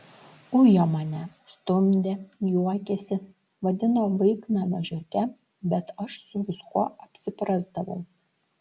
ujo mane stumdė juokėsi vadino vaiknamio žiurke bet aš su viskuo apsiprasdavau